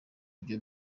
ibyo